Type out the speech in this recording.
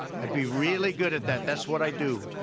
i'd be really good at that. that's what i do.